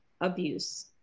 Abuse